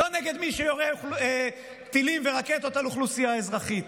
לא נגד מי שיורה טילים ורקטות על אוכלוסייה אזרחית.